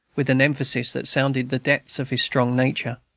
with an emphasis that sounded the depths of his strong nature.